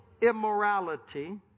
immorality